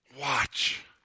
watch